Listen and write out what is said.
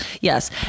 Yes